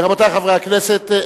רבותי חברי הכנסת,